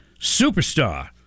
Superstar